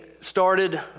started